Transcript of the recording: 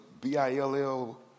B-I-L-L